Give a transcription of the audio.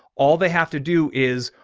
all they have to do is.